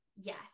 Yes